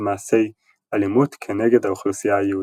מעשי אלימות כנגד האוכלוסייה היהודית.